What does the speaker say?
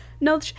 no